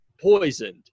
poisoned